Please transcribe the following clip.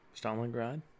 Stalingrad